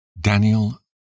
Daniel